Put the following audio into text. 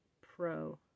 pro